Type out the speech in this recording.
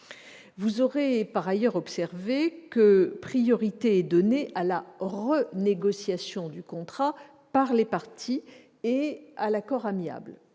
Vous aurez par ailleurs observé que priorité est donnée à la renégociation du contrat par les parties et à l'accord amiable.